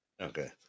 Okay